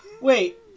Wait